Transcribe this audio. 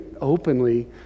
openly